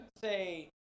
say